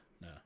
no